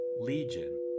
Legion